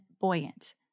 buoyant